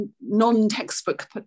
non-textbook